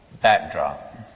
backdrop